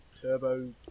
turbo